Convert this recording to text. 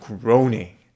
groaning